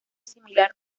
similar